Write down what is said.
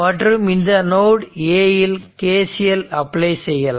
மற்றும் இந்த note A இல் KCL அப்ளை செய்யலாம்